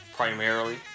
Primarily